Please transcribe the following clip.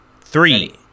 Three